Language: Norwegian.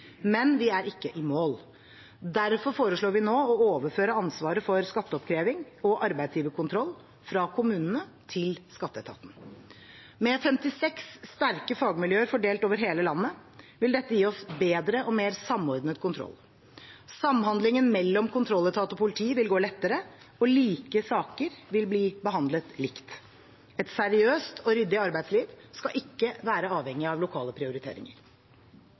Men vi er ikke i mål. Derfor foreslår vi nå å overføre ansvaret for skatteoppkreving og arbeidsgiverkontroll fra kommunene til skatteetaten. Med 56 sterke fagmiljøer fordelt over hele landet vil dette gi oss bedre og mer samordnet kontroll. Samhandlingen mellom kontrolletat og politi vil gå lettere, og like saker vil bli behandlet likt. Et seriøst og ryddig arbeidsliv skal ikke være avhengig av lokale prioriteringer.